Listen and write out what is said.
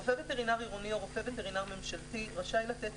"(2)רופא וטרינר עירוני או רופא וטרינר ממשלתי רשאי לתת